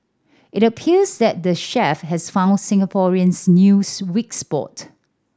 it appears that the chef has found Singaporeans new weak spot